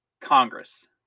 Congress